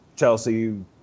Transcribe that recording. Chelsea